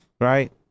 right